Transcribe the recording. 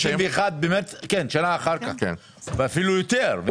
שנה אחר כך ואפילו יותר,